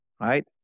right